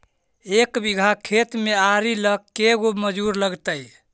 एक बिघा खेत में आरि ल के गो मजुर लगतै?